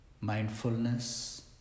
mindfulness